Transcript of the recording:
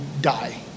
die